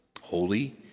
holy